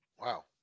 wow